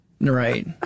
right